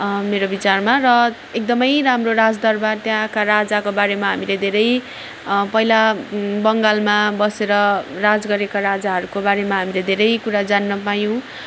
मेरो विचारमा र एकदम राम्रो राजदरवार त्यहाँका राजाको बारेमा हामीले धेरै पहिला बङ्गालमा बसेर राज गरेका राजाहरूको बारेमा हामीले धेरै कुराहरू जान्न पायौँ